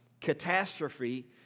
catastrophe